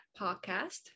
Podcast